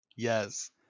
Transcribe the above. Yes